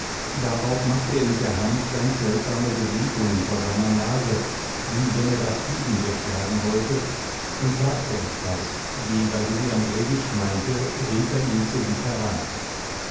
darauf machte er mit der hand ganz seltsame bewegungen vor seiner nase wie wenn er da fliegen wegjagen wollte und sagte etwas wie wasili andrejitsch meinte rief er ihn zu sich heran